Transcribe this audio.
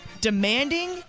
demanding